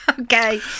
Okay